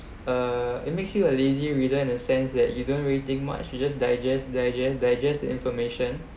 uh it makes you a lazy reader in a sense that you don't really think much you just digest digest digest the information